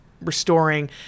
restoring